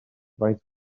faint